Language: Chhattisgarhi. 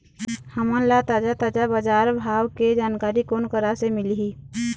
हमन ला ताजा ताजा बजार भाव के जानकारी कोन करा से मिलही?